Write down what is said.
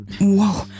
Whoa